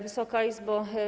Wysoka Izbo!